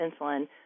insulin